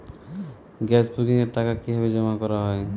Gas বুকিংয়ের টাকা কিভাবে জমা করা হয়?